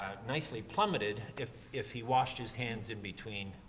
ah nicely plummeted if, if he washed his hands in between,